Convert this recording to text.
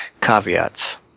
caveats